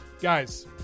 guys